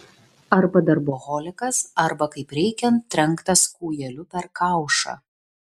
arba darboholikas arba kaip reikiant trenktas kūjeliu per kaušą